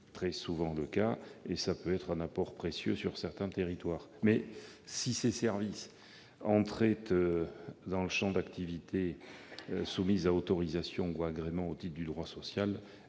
très souvent le cas. Cela peut être un apport précieux sur certains territoires. Toutefois, si ces services entraient dans le champ d'activité soumis à autorisation ou agrément au titre du droit social,